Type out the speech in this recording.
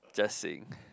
just saying